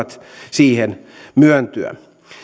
siihen myöntyä